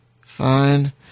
Fine